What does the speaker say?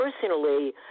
personally